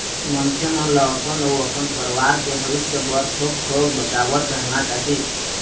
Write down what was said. मनखे मन ल अपन अउ अपन परवार के भविस्य बर थोक थोक बचावतरहना चाही